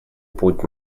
путь